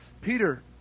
Peter